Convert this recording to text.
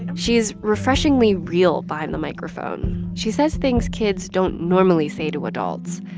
she's refreshingly real behind the microphone. she says things kids don't normally say to adults,